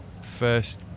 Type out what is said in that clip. first